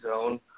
zone